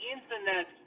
Internet